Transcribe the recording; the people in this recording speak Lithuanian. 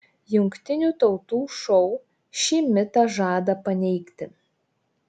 jungtinių tautų šou šį mitą žada paneigti